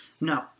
No